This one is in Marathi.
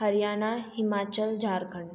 हरियाणा हिमाचल झारखंड